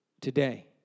today